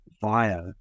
via